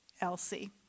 Elsie